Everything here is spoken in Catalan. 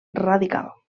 radical